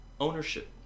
ownership